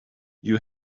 you